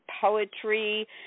poetry